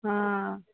हा